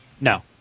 No